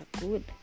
good